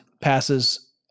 passes